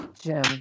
Jim